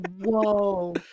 Whoa